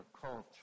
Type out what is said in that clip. culture